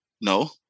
No